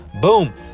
Boom